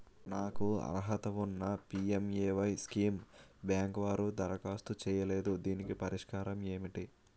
నాకు అర్హత ఉన్నా పి.ఎం.ఎ.వై స్కీమ్ బ్యాంకు వారు దరఖాస్తు చేయలేదు దీనికి పరిష్కారం ఏమిటి?